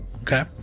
Okay